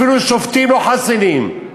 אפילו שופטים לא חסינים,